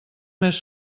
més